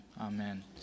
Amen